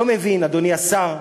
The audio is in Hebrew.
לא מבין, אדוני השר,